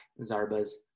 Zarba's